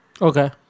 Okay